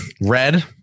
red